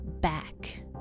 back